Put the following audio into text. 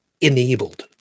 enabled